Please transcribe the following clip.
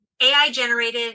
AI-generated